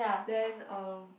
then uh